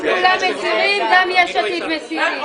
אם כולם מסירים, גם יש עתיד מסירים.